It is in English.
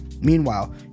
Meanwhile